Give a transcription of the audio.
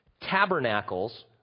Tabernacles